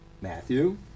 Matthew